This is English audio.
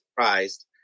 surprised